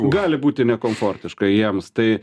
gali būti nekomfortiška jiems tai